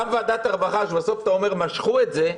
גם ועדת העבודה והרווחה, שלדבריך בסוף משכו את זה,